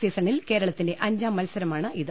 സീസണിൽ കേരളത്തിന്റെ അഞ്ചാം മത്സരമാണിത്